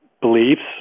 beliefs